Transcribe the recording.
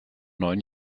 neun